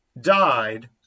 died